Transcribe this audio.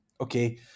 Okay